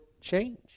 change